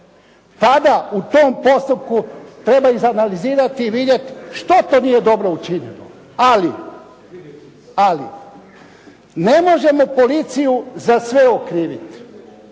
tada u tom postupku treba izanalizirati i vidjeti što to nije dobro učinjeno. Ali, ne možemo policiju za sve okriviti